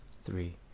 three